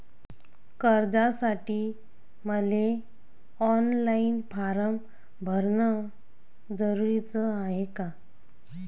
कर्जासाठी मले online form भरन जरुरीच हाय का?